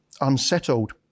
unsettled